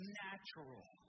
natural